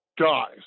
guys